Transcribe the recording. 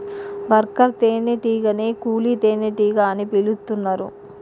worker తేనే టీగనే కూలీ తేనెటీగ అని పిలుతున్నరు